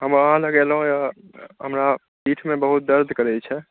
हम अहाँ लग अयलहुॅं हन हमरा पीठमे बहुत दर्द करै छै